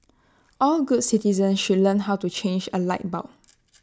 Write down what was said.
all good citizens should learn how to change A light bulb